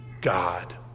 God